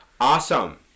awesome